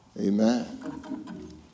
Amen